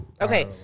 Okay